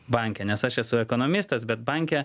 banke nes aš esu ekonomistas bet banke